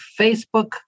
Facebook